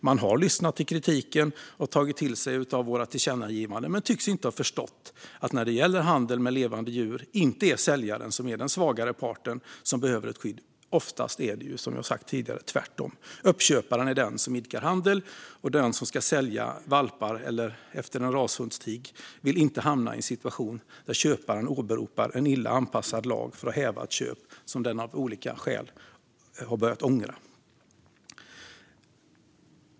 Man har lyssnat till kritiken och tagit till sig av våra tillkännagivanden men tycks inte ha förstått att det när det gäller handel med levande djur inte är säljaren som är den svagare parten som behöver ett skydd. Oftast är det, som jag har sagt tidigare, tvärtom. Uppköparen är den som idkar handel, och den som ska sälja valpar efter en rashundstik vill inte hamna i en situation där köparen åberopar en illa anpassad lag för att häva ett köp som köparen av olika skäl har börjat ångra.